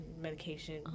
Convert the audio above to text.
medication